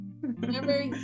Remember